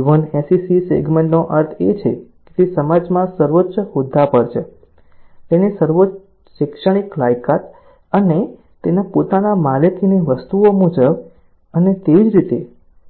A1 SEC સેગમેન્ટનો અર્થ એ છે કે તે સમાજમાં સર્વોચ્ચ હોદ્દા પર છે તેની શૈક્ષણિક લાયકાત અને તેના પોતાના માલિકીની વસ્તુઓ મુજબ અને તેવી જ રીતે